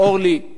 אורלי,